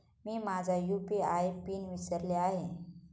मी माझा UPI PIN विसरले आहे